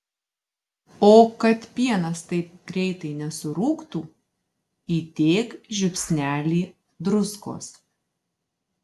o kad pienas taip greitai nesurūgtų įdėk žiupsnelį druskos